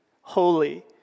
Holy